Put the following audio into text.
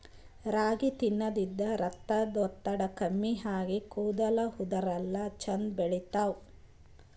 ರಾಗಿ ತಿನ್ನದ್ರಿನ್ದ ರಕ್ತದ್ ಒತ್ತಡ ಕಮ್ಮಿ ಆಗಿ ಕೂದಲ ಉದರಲ್ಲಾ ಛಂದ್ ಬೆಳಿತಾವ್